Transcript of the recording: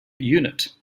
unit